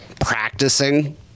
practicing